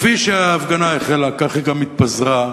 וכפי שההפגנה החלה כך היא גם התפזרה.